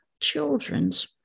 children's